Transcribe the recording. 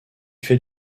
fait